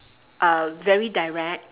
uh very direct